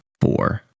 four